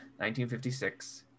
1956